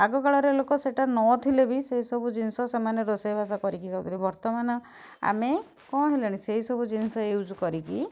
ଆଗକାଳରେ ଲୋକ ସେଇଟା ନଥିଲେ ବି ସେ ସବୁ ଜିନିଷ ସେମାନେ ରୋଷେଇବାସ କରିକି ଖାଉଥିଲେ ବର୍ତ୍ତମାନ ଆମେ କ'ଣ ହେଲାଣି ସେଇ ସବୁ ଜିନିଷ ୟୁଜ୍ କରିକି